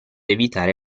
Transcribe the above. evitare